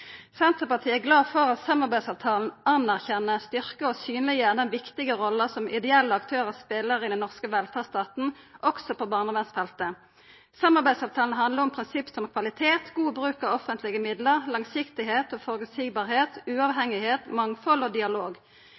Senterpartiet er glad for at samarbeidsavtalen anerkjenner, styrkjer og synleggjer den viktige rolla som ideelle aktørar spelar i den norske velferdsstaten, også på barnevernsfeltet. Samarbeidsavtalen handlar om prinsipp som kvalitet, god bruk av offentlege midlar, det at det er langsiktig, føreseieleg og uavhengig, mangfald og dialog.